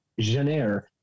genre